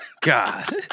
God